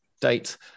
date